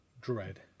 dread